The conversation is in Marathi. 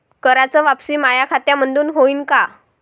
कराच वापसी माया खात्यामंधून होईन का?